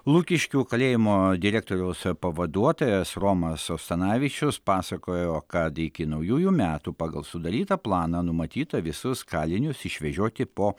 lukiškių kalėjimo direktoriaus pavaduotojas romas ostanavičius pasakojo kad iki naujųjų metų pagal sudarytą planą numatyta visus kalinius išvežioti po